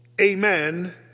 amen